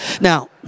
Now